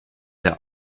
der